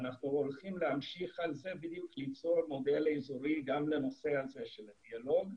ואנחנו הולכים להמשיך את זה וליצור מודל אזורי גם לנושא הזה של הדיאלוג.